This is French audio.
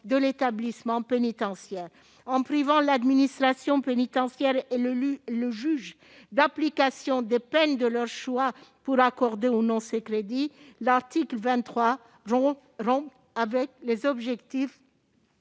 de l'établissement pénitentiaire. En privant l'administration pénitentiaire et le JAP de leur choix pour accorder ou non ces crédits, l'article 23 rompt avec les objectifs